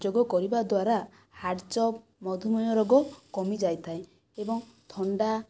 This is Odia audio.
ଯୋଗ କରିବା ଦ୍ୱାରା ହାର୍ଟ ଚୋକ୍ ମଧୁମୟ ରୋଗ କମିଯାଇଥାଏ ଏବଂ ଥଣ୍ଡା